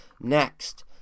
Next